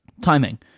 Timing